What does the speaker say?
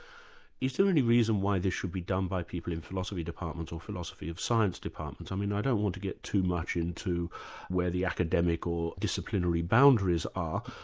is there any reason why this should be done by people in philosophy departments or philosophy of science departments? i mean, i don't want to get too much into where the academic or disciplinary boundaries are,